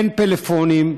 אין פלאפונים.